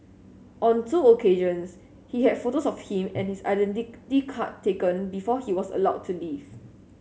on two occasions he had photos of him and his identity card taken before he was allowed to leave